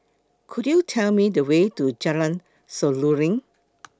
Could YOU Tell Me The Way to Jalan Seruling